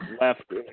left